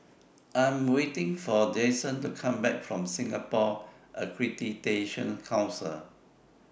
I Am waiting For Jasen to Come Back from Singapore Accreditation Council